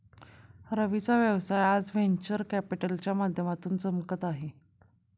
रवीचा व्यवसाय आज व्हेंचर कॅपिटलच्या माध्यमातून चमकत आहे